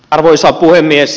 arvoisa puhemies